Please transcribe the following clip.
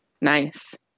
Nice